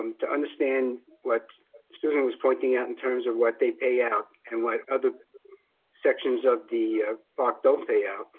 um to understand what susan was pointing out in terms of what they pay out and what other sections of the park don't pay out